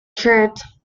charged